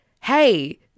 hey